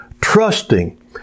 trusting